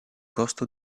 costo